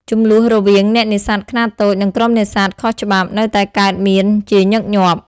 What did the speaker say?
ជម្លោះរវាង អ្នកនេសាទខ្នាតតូច និងក្រុមនេសាទខុសច្បាប់នៅតែកើតមានជាញឹកញាប់។